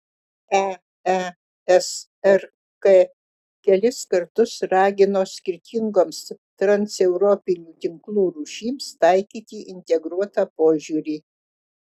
eesrk kelis kartus ragino skirtingoms transeuropinių tinklų rūšims taikyti integruotą požiūrį